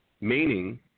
Meaning